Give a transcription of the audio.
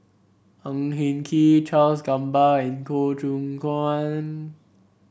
Ang Hin Kee Charles Gamba and Goh Choon Kang